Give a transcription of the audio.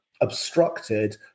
obstructed